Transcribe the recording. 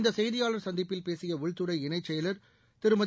இந்த சேய்தியாளர் சந்திப்பில் சூபசிய உள்துறை இணைச் சேயலாளர் திருமதி